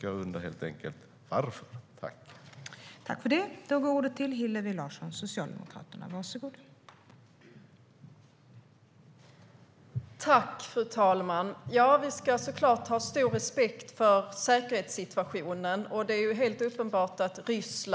Jag undrar helt enkelt varför.